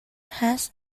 has